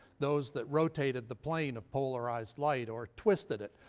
those that rotated the plane of polarized light, or twisted it.